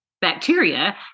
bacteria